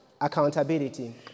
accountability